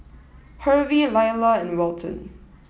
Hervey Lilah and Welton